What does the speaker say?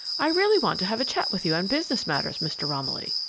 i really want to have a chat with you on business matters, mr. romilly.